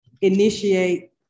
initiate